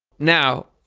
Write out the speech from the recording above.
now,